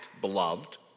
beloved